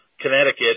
Connecticut